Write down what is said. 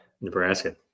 Nebraska